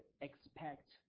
expect